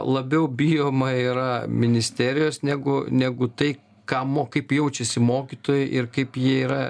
labiau bijoma yra ministerijos negu negu tai ką mo kaip jaučiasi mokytojai ir kaip jie yra